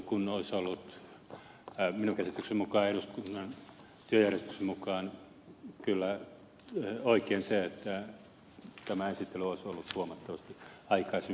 olisi ollut minun käsitykseni mukaan eduskunnan työjärjestyksen mukaan kyllä oikein se että tämä esittely olisi ollut huomattavasti aikaisemmin